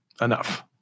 enough